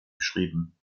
beschrieben